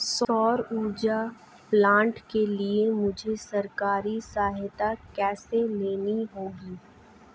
सौर ऊर्जा प्लांट के लिए मुझे सरकारी सहायता कैसे लेनी होगी?